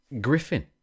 Griffin